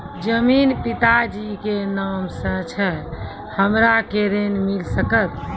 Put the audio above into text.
जमीन पिता जी के नाम से छै हमरा के ऋण मिल सकत?